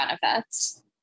benefits